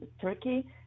Turkey